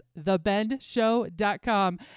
thebendshow.com